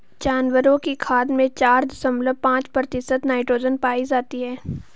जानवरों की खाद में चार दशमलव पांच प्रतिशत नाइट्रोजन पाई जाती है